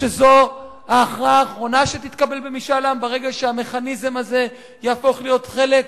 שזו ההכרעה האחרונה שתתקבל במשאל עם ברגע שהמכניזם הזה יהפוך להיות חלק?